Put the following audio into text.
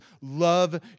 love